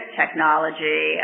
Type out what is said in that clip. technology